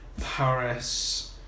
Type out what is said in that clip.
Paris